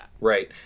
Right